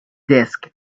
desk